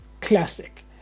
classic